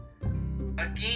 Again